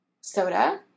soda